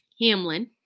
Hamlin